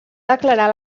declarar